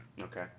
Okay